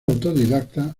autodidacta